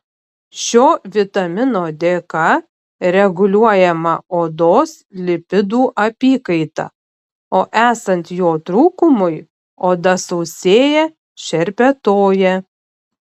šio vitamino dėka reguliuojama odos lipidų apykaita o esant jo trūkumui oda sausėja šerpetoja